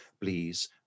Please